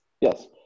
Yes